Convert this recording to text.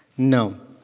no.